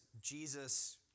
Jesus